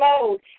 mode